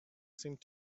seemed